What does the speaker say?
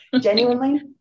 Genuinely